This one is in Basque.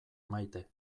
maite